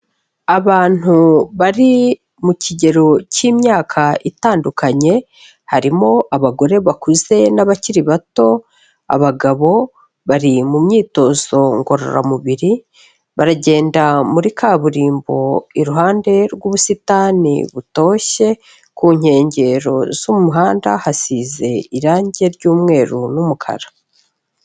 Abantu bari mu kigero cy'imyaka itandukanye, harimo abagore bakuze n'abakiri bato, abagabo bari mu myitozo ngororamubiri baragenda muri kaburimbo iruhande rw'ubusitani butoshye, ku nkengero z'umuhanda hasize irange ry'umweru n'umukara.